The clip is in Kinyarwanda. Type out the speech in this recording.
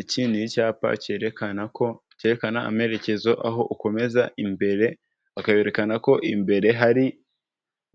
Iki ni icyapa cyerekana ko cyerekana amerekezo aho ukomeza imbere, bakanerekana ko imbere hari